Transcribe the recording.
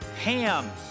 ham